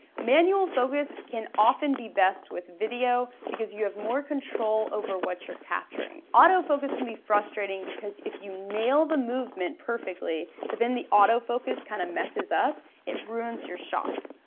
manual focus can often be best with video because you have more control over what you're capturing. auto-focus can be frustrating because if you nail the movement perfectly, but then the auto-focus kinda messes up, it ruins your shot.